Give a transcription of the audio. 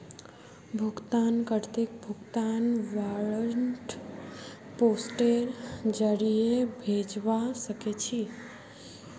भुगतान कर्ताक भुगतान वारन्ट पोस्टेर जरीये भेजवा सके छी